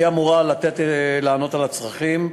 היא אמורה לענות על הצרכים.